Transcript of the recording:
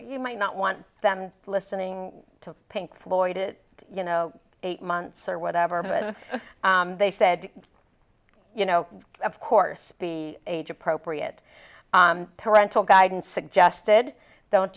you might not want them listening to pink floyd it you know eight months or whatever but they said you know of course be age appropriate parental guidance suggested don't